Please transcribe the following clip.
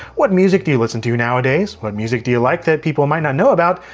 what music do you listen to nowadays? what music do you like that people might not know about?